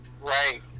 Right